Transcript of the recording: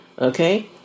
Okay